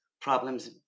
problems